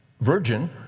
virgin